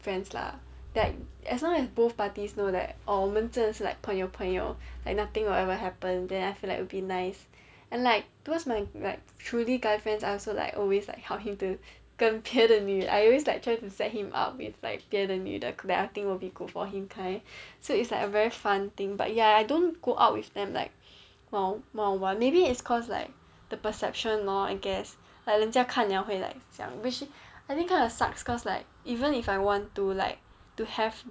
friends lah that as long as both parties know that orh 我们真的是 like 朋友朋友 like nothing will ever happen then I feel like would be nice and like because my like truly guy friends I also like always like help him to 跟别的女 I always like try to set him up with like 别的女的 that I think will be good for him kind so it's like a very fun thing but ya I don't go out with them like one one on one but mainly it's cause like the perception lor I guess like 人家看 liao 会 like 讲 which I think kind of sucks cause like even if I want to like to have